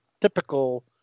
typical